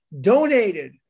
donated